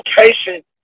location